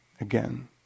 Again